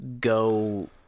go